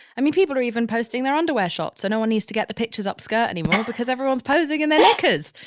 i mean, people are even posting their underwear shots so no one needs to get the pictures upskirt anymore because everyone's posing in their knickers.